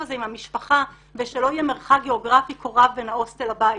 הזה עם המשפחה ושלא יהיה מרחק גיאוגרפי כה רב בין ההוסטל לבית.